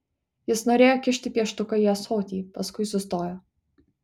jis norėjo kišti pieštuką į ąsotį paskui sustojo